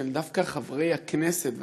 שדווקא חברי הכנסת,